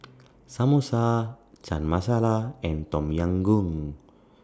Samosa Chana Masala and Tom Yam Goong